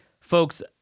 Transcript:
folks